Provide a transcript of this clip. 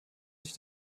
sich